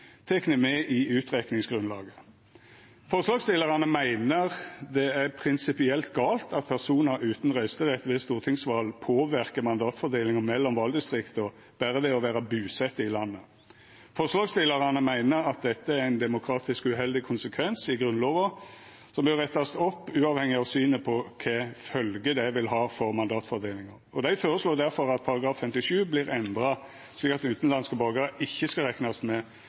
tekne med i utrekningsgrunnlaget. Forslagsstillarane meiner det er prinsipielt gale at personar utan røysterett ved stortingsval påverkar mandatfordelinga mellom valdistrikta berre ved å vera busette i landet. Forslagsstillarane meiner at dette er ein demokratisk uheldig konsekvens i Grunnlova som bør rettast opp, uavhengig av synet på kva følgjer det vil ha for mandatfordelinga, og dei føreslår difor at § 57 vert endra, slik at utanlandske borgarar ikkje skal reknast med